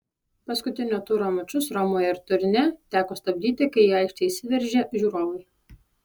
paskutinio turo mačus romoje ir turine teko stabdyti kai į aikštę įsiveržė žiūrovai